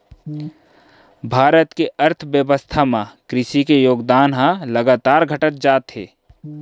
भारत के अर्थबेवस्था म कृसि के योगदान ह लगातार घटत जात हे